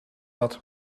dat